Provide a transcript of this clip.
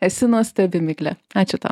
esi nuostabi migle ačiū tau